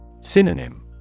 Synonym